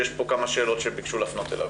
יש פה כמה שאלות שביקשו להפנות אליו.